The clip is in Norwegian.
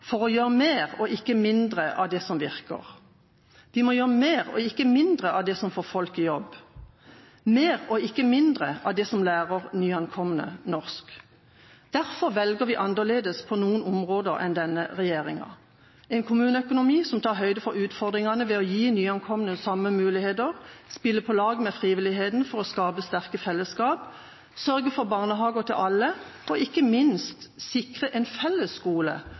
for å gjøre mer og ikke mindre av det som virker. Vi må gjøre mer og ikke mindre av det som får folk i jobb, mer og ikke mindre av det som lærer nyankomne norsk. Derfor velger vi annerledes enn regjeringa på noen områder: en kommuneøkonomi som tar høyde for utfordringene ved å gi nyankomne samme muligheter, spille på lag med frivilligheten for å skape sterke fellesskap, sørge for barnehager til alle og ikke minst sikre en fellesskole